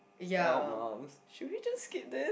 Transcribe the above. our moms should we just skip this